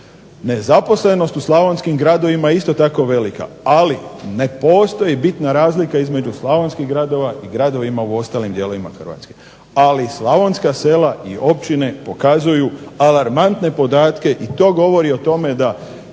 Nezaposlenost u slavonskim gradovima je isto tako velika. Ali ne postoji bitna razlika između slavonskih gradova i gradovima u ostalim dijelovima Hrvatske. Ali slavonska sela i općine pokazuju alarmantne podatke i to govori o tome da